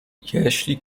jeśli